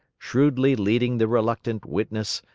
shrewdly leading the reluctant witness,